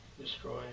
destroy